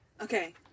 Okay